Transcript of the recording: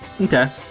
Okay